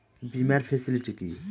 বীমার ফেসিলিটি কি?